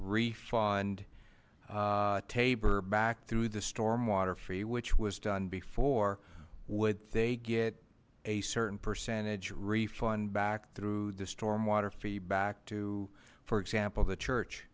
refund tabor back through the stormwater fee which was done before would they get a certain percentage refund back through the stormwater fee back to for example the church